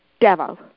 devil